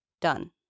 done